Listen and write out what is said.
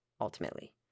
ultimately